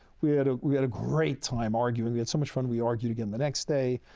we had we had a great time arguing, we had so much fun we argued again the next day.